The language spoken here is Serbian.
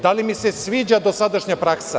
Da li mi se sviđa dosadašnja praksa?